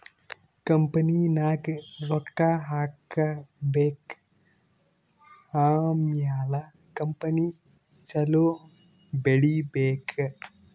ಕಂಪನಿನಾಗ್ ರೊಕ್ಕಾ ಹಾಕಬೇಕ್ ಆಮ್ಯಾಲ ಕಂಪನಿ ಛಲೋ ಬೆಳೀಬೇಕ್